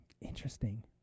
Interesting